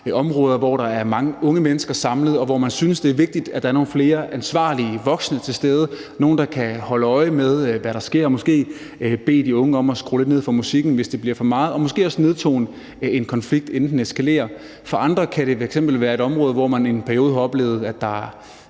områder, hvor der er mange unge mennesker samlet, og hvor man synes, det er vigtigt, at der er nogle flere ansvarlige voksne til stede – nogle, der kan holde øje med, hvad der sker, og måske bede de unge om at skrue lidt ned for musikken, hvis det bliver for meget, og måske også nedtone en konflikt, inden den eskalerer. For andre kan det f.eks. handle om et område, hvor man i en periode har oplevet, at der